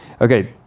Okay